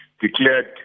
Declared